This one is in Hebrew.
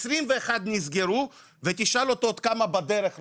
21 נסגרו ותשאל אותו עוד כמה בדרך רוצות,